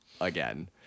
again